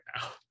now